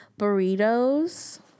burritos